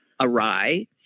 awry